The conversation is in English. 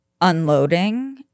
unloading